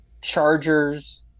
Chargers